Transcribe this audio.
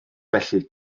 felly